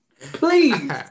please